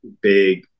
big